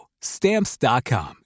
Stamps.com